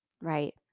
right